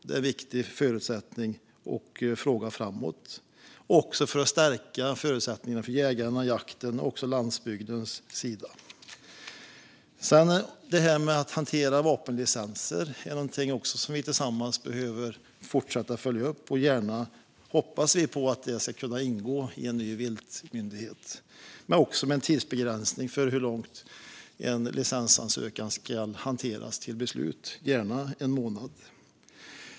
Det är en viktig förutsättning och fråga framåt, också för att stärka förutsättningarna för jägarna, jakten och landsbygden. Hanteringen av vapenlicenser är också något som vi tillsammans behöver fortsätta att följa upp. Vi hoppas på att det ska kunna ingå i en ny viltmyndighet. Det handlar även om en tidsbegränsning för hanteringen av en licensansökan fram till ett beslut. Det får gärna vara en månad.